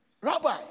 Rabbi